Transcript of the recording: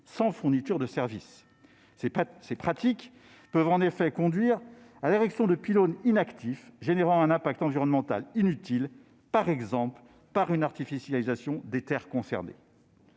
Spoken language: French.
sans fourniture de services. Ces pratiques peuvent conduire à l'érection de pylônes inactifs, générant un impact environnemental inutile, par exemple une artificialisation des terres concernées.